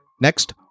Next